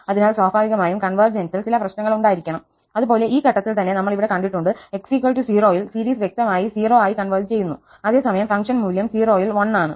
അതിനാൽ സ്വാഭാവികമായും കൺവെർജെൻസിൽ ചില പ്രശ്നങ്ങൾ ഉണ്ടായിരിക്കണം അത് പോലെ ഈ ഘട്ടത്തിൽ തന്നെ നമ്മൾ ഇവിടെ കണ്ടിട്ടുണ്ട് x 0 ൽ സീരീസ് വ്യക്തമായി 0 ആയി കൺവെർജ് ചെയ്യുന്നു അതേസമയം ഫംഗ്ഷൻ മൂല്യം 0 ൽ 1 ആണ്